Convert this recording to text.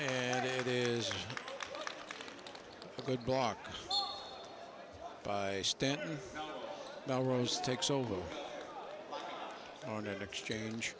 and it is a good block by stanton melrose takes over on a exchange